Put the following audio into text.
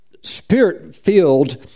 Spirit-filled